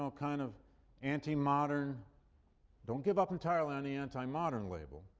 ah kind of anti-modern don't give up entirely on the anti-modern label,